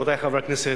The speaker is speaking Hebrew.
רבותי חברי הכנסת,